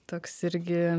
toks irgi